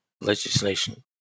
legislation